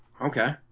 Okay